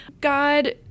God